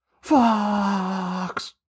Fox